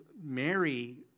Mary